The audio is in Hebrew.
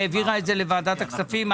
העבירה את זה לוועדת הכספים,